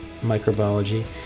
microbiology